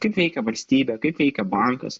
kaip veikia valstybė kaip veikia bankas